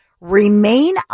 remain